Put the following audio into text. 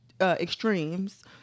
extremes